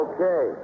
Okay